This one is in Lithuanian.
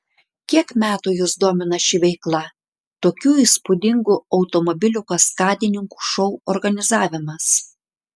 kiek metų jus domina ši veikla tokių įspūdingų automobilių kaskadininkų šou organizavimas